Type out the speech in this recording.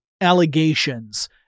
allegations